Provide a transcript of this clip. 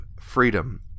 freedom